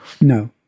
No